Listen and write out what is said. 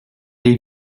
des